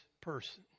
person